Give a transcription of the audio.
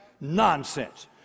Nonsense